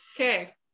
Okay